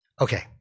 Okay